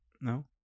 No